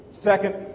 Second